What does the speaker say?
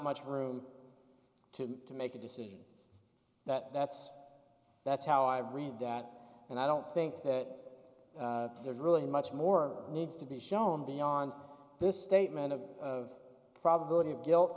much room to make a decision that that's that's how i read that and i don't think that there's really much more needs to be shown beyond this statement of probability of guilt